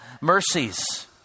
mercies